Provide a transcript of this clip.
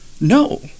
No